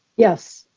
yes.